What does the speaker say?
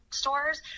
stores